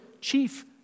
chief